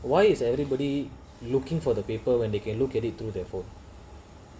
why is everybody looking for the paper when they can look at it too therefore